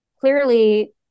clearly